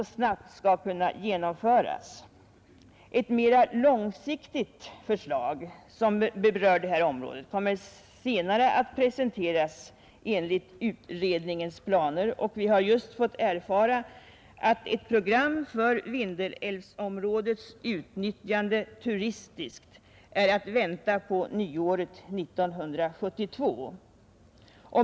Enligt utredningens planer kommer senare att presenteras ett mera långsiktigt förslag, och vi har just inhämtat upplysning om att ett program för Vindelälvsområdets utnyttjande turistiskt är att vänta på nyåret 1972.